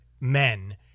men